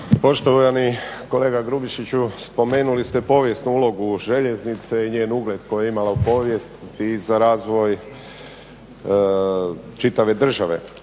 Poštovani kolega Grubišiću, spomenuli ste povijesnu ulogu željeznice i njen ugled koji je imala u povijesti i za razvoj čitave države,